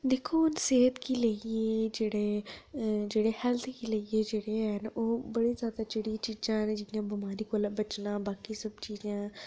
दिक्खो हू'न सेह्त गी लेइयै जेह्ड़े जेह्ड़े हेल्थ गी लेइयै जेह्ड़े है'न ओह् बड़े जादा जेह्ड़ियां चीज़ां है'न जि'यां बमारी कोला बचना बाकी सब्जियां